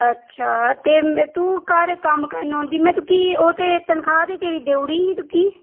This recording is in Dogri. अच्छा ते तू घर कम्म करन औंदी में तुगी ओह् ते तन्खाह् ते तेरी देई ओड़ी ही तुगी